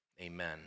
amen